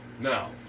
Now